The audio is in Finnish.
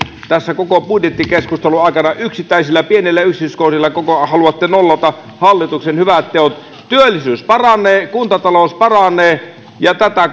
tässä koko ajan budjettikeskustelun aikana te haluatte yksittäisillä pienillä yksityiskohdilla nollata hallituksen hyvät teot työllisyys paranee kuntatalous paranee ja tätä